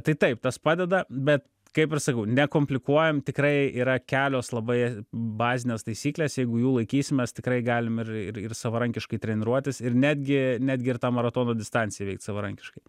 tai taip tas padeda bet kaip ir sakau nekomplikuojam tikrai yra kelios labai bazinės taisyklės jeigu jų laikysimės tikrai galim ir ir ir savarankiškai treniruotis ir netgi netgi ir tą maratono distanciją įveikt savarankiškai